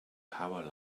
power